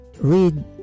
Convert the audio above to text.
read